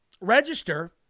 register